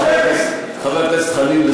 חבר הכנסת חנין,